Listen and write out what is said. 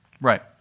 Right